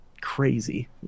crazy